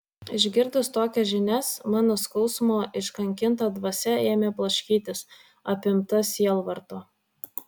išgirdus tokias žinias mano skausmo iškankinta dvasia ėmė blaškytis apimta sielvarto